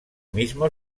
mismo